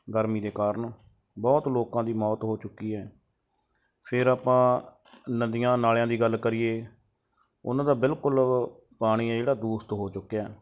ਗਰਮੀ ਦੇ ਕਾਰਣ ਬਹੁਤ ਲੋਕਾਂ ਦੀ ਮੌਤ ਹੋ ਚੁੱਕੀ ਹੈ ਫਿਰ ਆਪਾਂ ਨਦੀਆਂ ਨਾਲਿਆਂ ਦੀ ਗੱਲ ਕਰੀਏ ਉਹਨਾਂ ਦਾ ਬਿਲਕੁਲ ਪਾਣੀ ਹੈ ਜਿਹੜਾ ਦੂਸ਼ਿਤ ਹੋ ਚੁੱਕਿਆ